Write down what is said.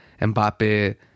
Mbappe